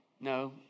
No